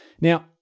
Now